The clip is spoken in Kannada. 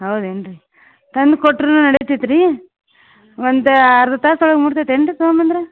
ಹೌದೇನ್ರಿ ತಂದು ಕೊಟ್ಟರು ನಡಿತೈತ್ರಿ ಒಂದು ಅರ್ಧ ತಾಸು ಒಳಗೆ ಮುಟ್ತೈತೆ ಏನ್ರಿ ತಗೊಂಬಂದ್ರೆ